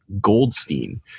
Goldstein